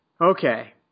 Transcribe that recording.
Okay